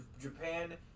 Japan